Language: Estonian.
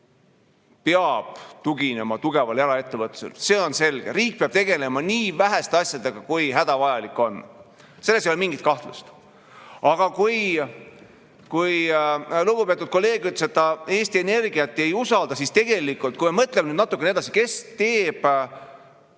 areng peab tuginema tugevale eraettevõtlusele. See on selge: riik peab tegelema nii väheste asjadega, kui hädavajalik on. Selles ei ole mingit kahtlust. Aga lugupeetud kolleeg ütles, et ta Eesti Energiat ei usalda. Kuid tegelikult, kui me mõtleme natukene edasi, siis